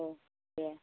औ दे